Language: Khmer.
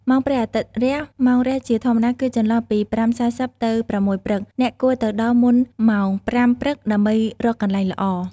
ម៉ោងព្រះអាទិត្យរះ ម៉ោងរះជាធម្មតាគឺចន្លោះពី ៥:៤០ ទៅ ៦ ព្រឹក។ អ្នកគួរទៅដល់មុនម៉ោង ៥ ព្រឹកដើម្បីរកកន្លែងល្អ។